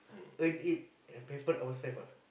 earn it and pamper ourselves ah